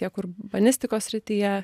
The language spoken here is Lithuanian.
tiek urbanistikos srityje